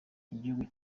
igihugu